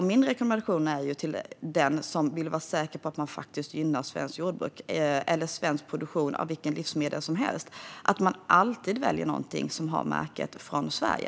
Min rekommendation till den som vill vara säker på att gynna svenskt jordbruk eller svensk produktion av vilket livsmedel som helst att alltid välja något som har märket "Från Sverige".